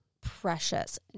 Precious